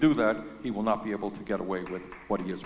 do that he will not be able to get away with what he is